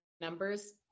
numbers